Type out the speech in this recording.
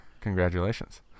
Congratulations